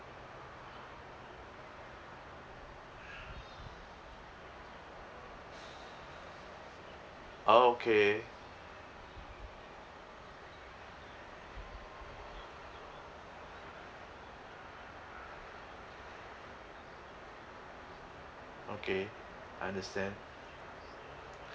oh okay okay I understand